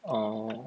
orh